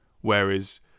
Whereas